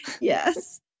Yes